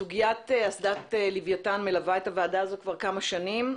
סוגיית אסדת לוויתן מלווה את הוועדה הזאת כבר כמה שנים,